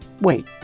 wait